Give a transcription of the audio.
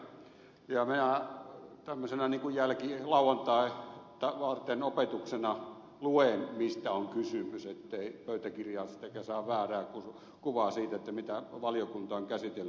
minä niin kuin lauantaita varten opetuksena luen mistä on kysymys ettei pöytäkirjaan sitten jää väärää kuvaa siitä mitä valiokunta on käsitellyt